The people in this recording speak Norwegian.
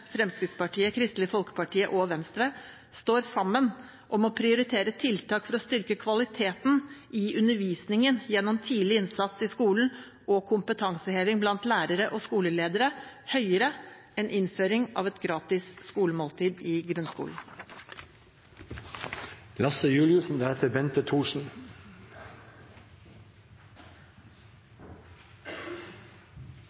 Fremskrittspartiet, Kristelig Folkeparti og Venstre, står sammen om å prioritere tiltak for å styrke kvaliteten i undervisningen gjennom tidlig innsats i skolen og kompetanseheving blant lærere og skoleledere høyere enn innføring av et gratis skolemåltid i